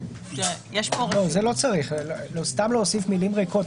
לא צריך סתם להוסיף מילים ריקות.